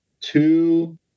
two